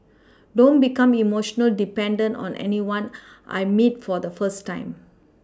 don't become emotionally dependent on anyone I meet for the first time